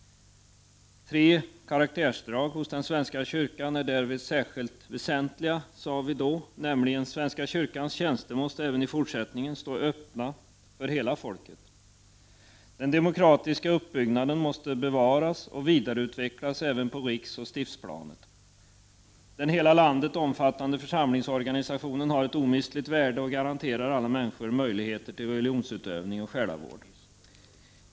Tre karaktärsdrag hos den svenska kyrkan är därvid särskilt väsentliga sade vi då nämligen: Svenska kyrkans tjänster måste även i fortsättningen stå öppna för hela folket. Den demokratiska uppbyggnaden måste bevaras och vidareutvecklas även på riksoch stiftsplanet. Den hela landet omfattande församlingsorganisationen har ett omistligt värde och garanterar alla människor möjlighet till religionsutövning och själavård.